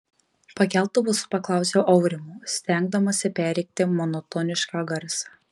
pakeltu balsu paklausiau aurimo stengdamasi perrėkti monotonišką garsą